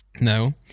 no